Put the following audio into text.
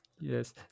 yes